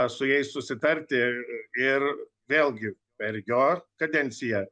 su jais susitarti ir vėlgi per jo kadenciją